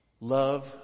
Love